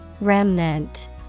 Remnant